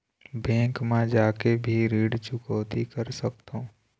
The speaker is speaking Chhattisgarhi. बैंक मा जाके भी ऋण चुकौती कर सकथों?